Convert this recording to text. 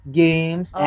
games